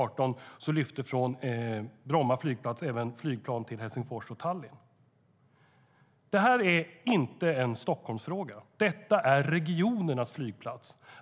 18 lyfte flygplan från Bromma flygplats även till Helsingfors och Tallinn.Detta är inte en Stockholmsfråga. Detta är regionernas flygplats.